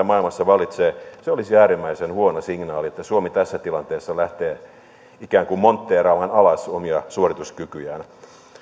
maailmassa vallitsee huomioon ottaen se olisi äärimmäisen huono signaali että suomi tässä tilanteessa lähtee ikään kuin montteeraamaan alas omia suorituskykyjään